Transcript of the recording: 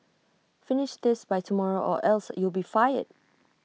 finish this by tomorrow or else you'll be fired